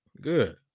Good